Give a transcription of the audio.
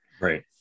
Right